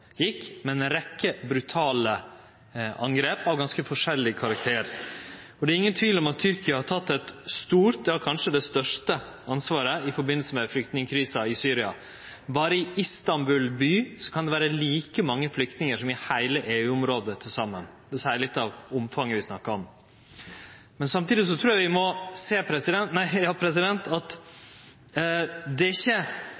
med ei rekkje brutale angrep av ganske forskjellig karakter. Og det er ingen tvil om at Tyrkia har teke eit stort ansvar – ja kanskje det største ansvaret – i forbindelse med flyktningkrisa i Syria. Berre i Istanbul by kan det vere like mange flyktningar som i heile EU-området til saman. Det seier litt om omfanget vi snakkar om. Men samtidig trur eg vi må